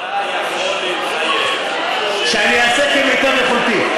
אתה יכול להתחייב, שאני אעשה כמיטב יכולתי.